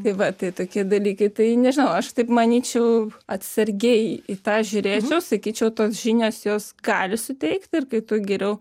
tai va tai tokie dalykai tai nežinau aš taip manyčiau atsargiai į tą žiūrėčiau sakyčiau tos žinios jos gali suteikti ir kai tu geriau